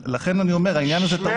לכן אני אומר, העניין הזה טעון הבהרה.